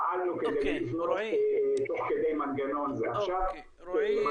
פעלנו כדי לבנות תוך כדי מנגנון ייחודי.